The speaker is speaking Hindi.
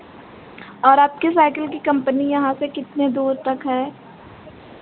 और आपके साइकिल की कम्पनी यहाँ से कितने दूर तक है